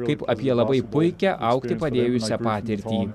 kaip apie labai puikią augti padėjusią patirtį